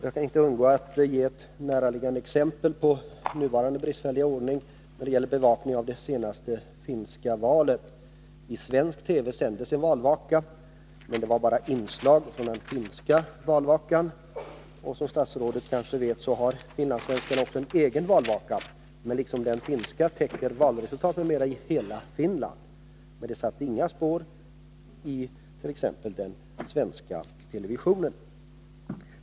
Jag kan inte underlåta att ge ett näraliggande exempel på nuvarande bristfälliga ordning. Det gäller bevakningen av det senaste finska valet. I svensk TV sändes en valvaka, men det var bara inslag från den finska valvakan. Som statsrådet kanske vet har finlandssvenskarna en egen valvaka, som liksom den finska täcker valresultat m.m. i hela Finland. Men det satte inga spår i den svenska televisionen.